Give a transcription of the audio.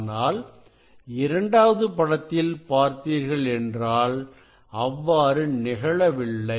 ஆனால் இரண்டாவது படத்தில் பார்த்தீர்கள் என்றால் அவ்வாறு நிகழவில்லை